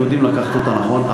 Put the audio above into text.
אם יודעים לקחת אותה נכון.